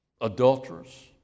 adulterers